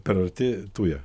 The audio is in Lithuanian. per arti tuja